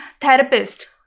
therapist